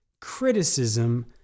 criticism